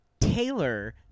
Taylor